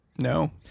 No